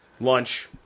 Lunch